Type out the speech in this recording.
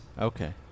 Okay